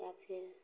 या फिर